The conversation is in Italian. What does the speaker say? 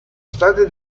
state